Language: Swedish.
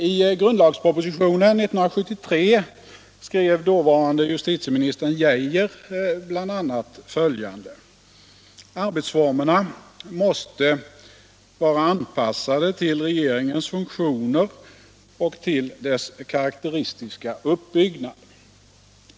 I grundlagspropositionen 1973 skrev dåvarande justitieministern Geijer bl.a. följande: ”Arbetsformerna måste vara anpassade till regeringens funktioner och till dess karakteristiska uppbyggnad.